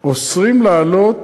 אוסרים לעלות